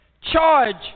charge